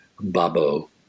Babo